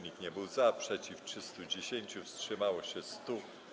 Nikt nie był za, przeciw - 310, wstrzymało się 100.